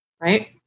right